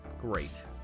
Great